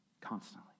constantly